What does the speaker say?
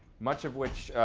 much of which